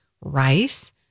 rice